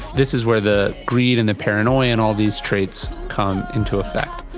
this is where the greed and the paranoia and all these traits come into effect.